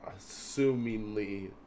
assumingly